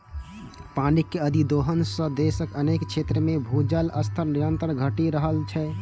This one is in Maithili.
पानिक अतिदोहन सं देशक अनेक क्षेत्र मे भूजल स्तर निरंतर घटि रहल छै